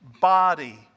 body